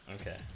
Okay